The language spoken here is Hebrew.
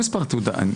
לא מספר תעודה.